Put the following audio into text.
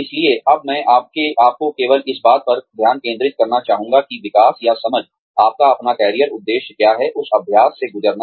इसलिए अब मैं आपको केवल इस बात पर ध्यान केंद्रित करना चाहता हूं कि विकास या समझ आपका अपना करियर उद्देश्य क्या है उस अभ्यास से गुजरना